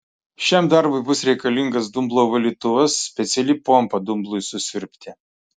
šiam darbui bus reikalingas dumblo valytuvas speciali pompa dumblui susiurbti